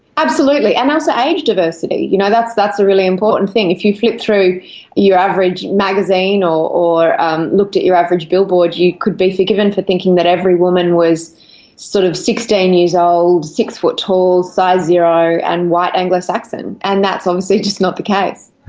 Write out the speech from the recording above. absolutely, and also age diversity, you know that's that's a really important thing. if you flip through your average magazine or or um looked at your average billboard you could be forgiven for thinking that every woman was sort of sixteen years old, six foot tall, size zero and white anglo-saxon, and that's obviously just not the case.